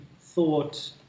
thought